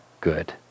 good